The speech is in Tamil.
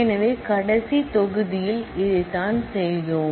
எனவே கடைசி மாட்யூலில் இதைத்தான் செய்தோம்